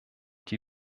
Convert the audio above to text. die